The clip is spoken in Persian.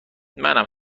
منم